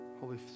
Holy